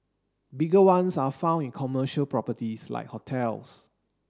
bigger ones are found in commercial properties like hotels